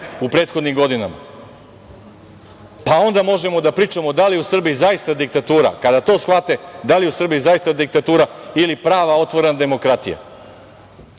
u prethodnim godinama. Pa, onda možemo da pričamo da li u Srbiji zaista je diktatura, kada to shvate da li je u Srbiji zaista diktatura ili prava otvorena demokratija.